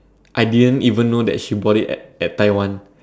I didn't even know that she bought it at at Taiwan